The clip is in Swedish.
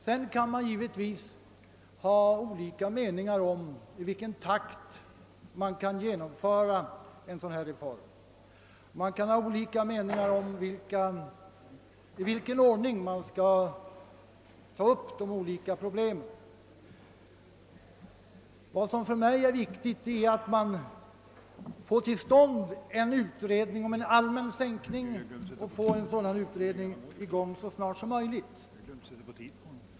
Sedan kan man givetvis ha olika meningar om i vilken takt man kan genomföra en sådan reform. Man kan också ha olika meningar om i vilken ordning man ska ta upp de olika problemen. Vad som för mig är viktigt är att få till stånd en utredning om en allmän sänkning av pensionsåldern och att få en sådan utredning i gång så snart som möjligt.